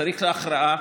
צריך הכרעה.